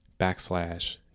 backslash